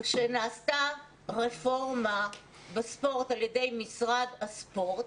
כשנעשתה רפורמה בספורט על ידי משרד הספורט.